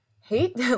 Hate